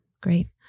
great